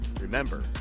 Remember